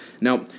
Now